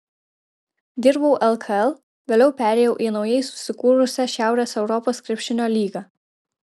dirbau lkl vėliau perėjau į naujai susikūrusią šiaurės europos krepšinio lygą